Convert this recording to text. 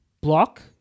block